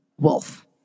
Wolf